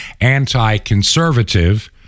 anti-conservative